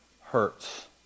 hurts